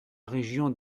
région